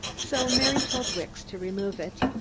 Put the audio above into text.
so mary told wicks to remove it.